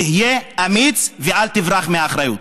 תהיה אמיץ ואל תברח מאחריות.